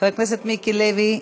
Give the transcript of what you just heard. חבר הכנסת מיקי לוי,